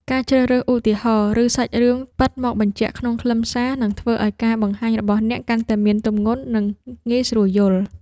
ការជ្រើសរើសឧទាហរណ៍ ឬសាច់រឿងពិតមកបញ្ជាក់ក្នុងខ្លឹមសារ នឹងធ្វើឱ្យការបង្ហាញរបស់អ្នកកាន់តែមានទម្ងន់ និងងាយស្រួលយល់។